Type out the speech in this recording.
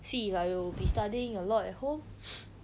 see if I will be studying a lot at home